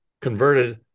converted